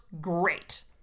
great